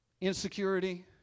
insecurity